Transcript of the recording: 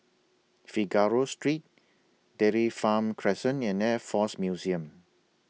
Figaro Street Dairy Farm Crescent and Air Force Museum